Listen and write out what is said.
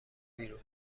بیرون